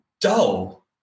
dull